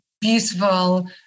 beautiful